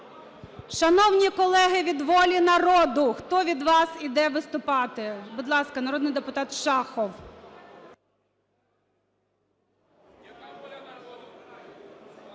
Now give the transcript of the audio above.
Шановні колеги від "Волі народу", хто від вас іде виступати? Будь ласка, народний депутат Шахов.